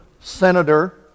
senator